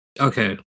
Okay